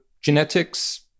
genetics